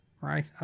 Right